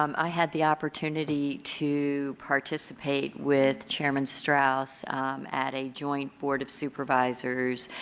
um i had the opportunity to participate with chairman strauss at a joint board of supervisors